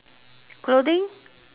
clothing